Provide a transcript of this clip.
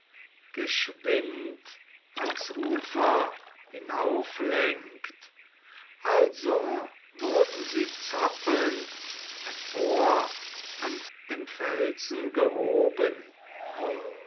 geschwind ans ufer hinaufschwenkt also wurden sie zappelnd empor an dem felsen gehoben